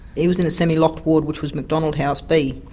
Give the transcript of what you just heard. he was in a semi-locked ward which was mcdonald house b,